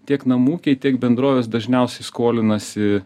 tiek namų ūkiai tiek bendrovės dažniausiai skolinasi